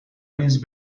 نیز